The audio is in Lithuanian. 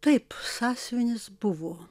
taip sąsiuvinis buvo